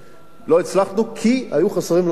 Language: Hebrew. לא הצלחנו כי היו חסרים לנו קולות.